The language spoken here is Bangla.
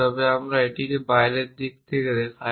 তবে আমরা এটিকে বাইরের দিক থেকে দেখাই